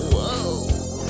Whoa